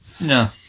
no